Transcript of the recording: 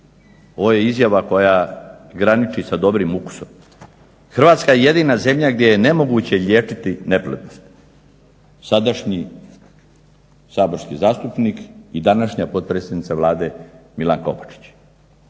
Ovo je izjava koja graniči sa dobrim ukusom. Hrvatska je jedina zemlja gdje je nemoguće liječiti neplodnost. Sadašnji saborski zastupnik i današnja potpredsjednica Vlade Milanka Opačić.